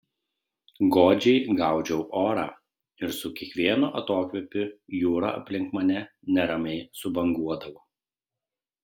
godžiai gaudžiau orą ir su kiekvienu atokvėpiu jūra aplink mane neramiai subanguodavo